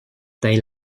they